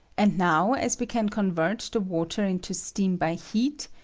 and now, as we can convert the water into steam by heat,